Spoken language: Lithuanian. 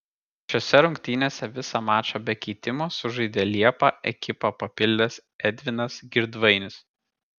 šiose rungtynėse visą mačą be keitimo sužaidė liepą ekipą papildęs edvinas girdvainis